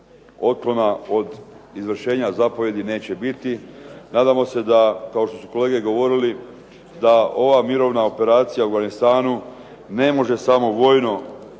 od izvršenja zapovijedi neće biti. Nadamo se da, kao što su kolege govorili da ova mirovna operacija u Afganistanu ne možemo samovoljno